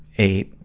a,